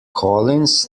collins